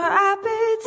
happy